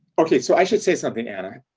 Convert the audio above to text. okay, so i should say something anna,